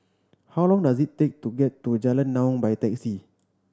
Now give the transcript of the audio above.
how long does it take to get to Jalan Naung by taxi